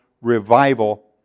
revival